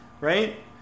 right